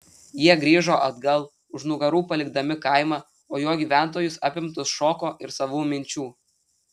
jie grįžo atgal už nugarų palikdami kaimą o jo gyventojus apimtus šoko ir savų minčių